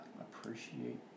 Appreciate